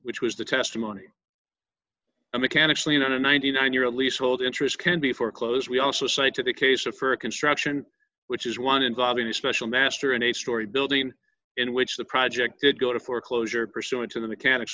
which was the testimony mechanic's lien on a ninety nine year lease hold interest can be foreclosed we also cited the case of for a construction which is one involving a special master an eight story building in which the project did go to foreclosure pursuant to the mechanics